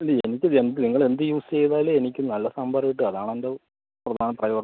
ഇല്ല എനിക്ക് എന്ത് നിങ്ങളെന്ത് യൂസ് ചെയ്താലും എനിക്ക് നല്ല സാമ്പാറ് കിട്ടുക അതാണെൻ്റെ